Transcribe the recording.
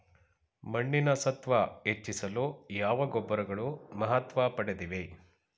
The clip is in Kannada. ಮಣ್ಣಿನ ಸತ್ವ ಹೆಚ್ಚಿಸಲು ಯಾವ ಗೊಬ್ಬರಗಳು ಮಹತ್ವ ಪಡೆದಿವೆ?